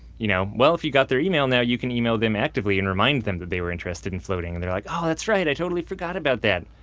you know well if you got their email now you can email them actively and remind them they were interested in floating and they're like, oh, that's right. i totally forgot about that.